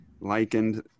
likened